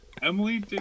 Emily